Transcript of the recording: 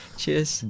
cheers